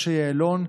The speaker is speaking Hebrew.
משה יעלון,